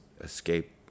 escape